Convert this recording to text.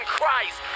Christ